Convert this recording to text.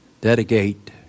dedicate